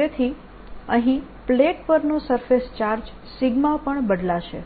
તેથી અહીં પ્લેટ પરનો સરફેસ ચાર્જ પણ બદલાશે